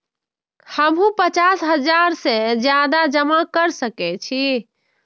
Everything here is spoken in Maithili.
हमू पचास हजार से ज्यादा जमा कर सके छी?